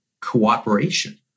cooperation